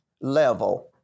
level